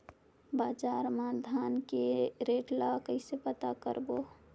बजार मा धान के रेट ला कइसे पता करबो?